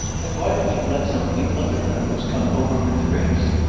and why don't you let some of the other fellows come over with the drinks?